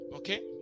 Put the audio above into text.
Okay